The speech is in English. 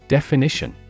Definition